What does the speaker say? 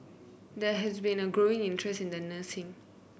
there has been a growing interest in nursing